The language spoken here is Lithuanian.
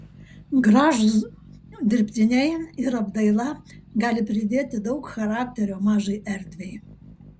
gražūs dirbtiniai ir apdaila gali pridėti daug charakterio mažai erdvei